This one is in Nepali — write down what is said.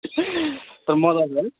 तर मजा आउँछ है